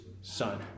Son